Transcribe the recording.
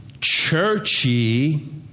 churchy